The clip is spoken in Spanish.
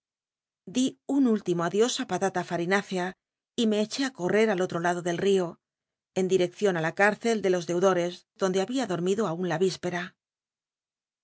di un último adios á patata falimicea y me eché á correr al otro l ado del rio en tlireccion la c irccl de los deudores donde babia dotmido aun la ispera